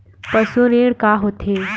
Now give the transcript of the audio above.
पशु ऋण का होथे?